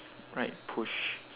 right push